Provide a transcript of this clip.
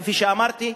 כפי שאמרתי,